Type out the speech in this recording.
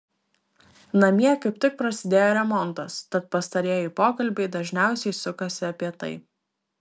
namie kaip tik prasidėjo remontas tad pastarieji pokalbiai dažniausiai sukasi apie tai